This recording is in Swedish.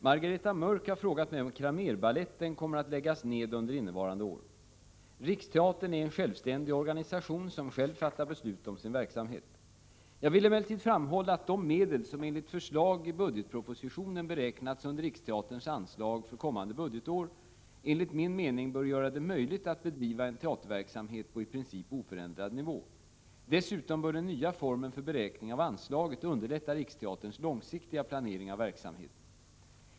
Herr talman! Margareta Mörck har frågat mig om Cramérbaletten kommer att läggas ned under innevarande år. Riksteatern är en självständig organisation, som själv fattar beslut om sin verksamhet. Jag vill emellertid framhåila att de medel som enligt förslag i budgetpropositionen beräknats under Riksteaterns anslag för kommande budgetår enligt min mening bör göra det möjligt att bedriva en teaterverksamhet på i princip oförändrad nivå. Dessutom bör den nya formen för beräkning av anslaget underlätta Riksteaterns långsiktiga planering av verksamheten.